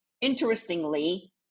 Interestingly